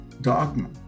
dogma